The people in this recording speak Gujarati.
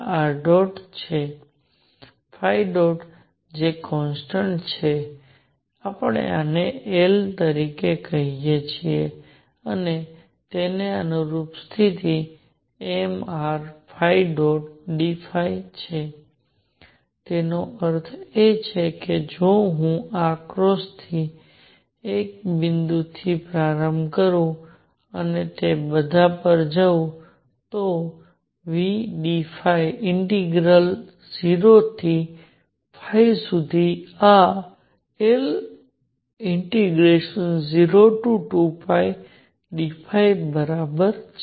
̇ જે કોન્સટન્ટ છે આપણે આને L કહીએ અને તેને અનુરૂપ સ્થિતિ mr2dϕ છે તેનો અર્થ એ છે કે જો હું આ ક્રોસથી એક બિંદુથી પ્રારંભ કરું અને તે બધા પર જાઉં તો v d ઇન્ટિગ્રલ 0 થી સુધી આ L02dϕ બરાબર છે